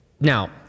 now